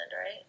right